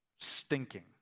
stinking